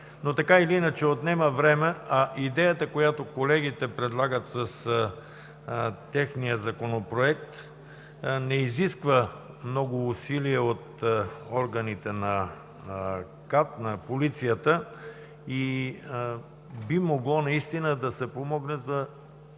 Така или иначе отнема време, а идеята, която колегите предлагат с техния Законопроект, не изисква много усилия от органите на КАТ, на полицията и би могло наистина да се помогне за